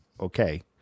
okay